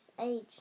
age